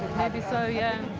maybe so, yeah.